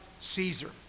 Caesar